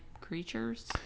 creatures